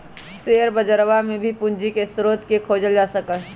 share बजरवा में भी पूंजी के स्रोत के खोजल जा सका हई